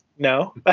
No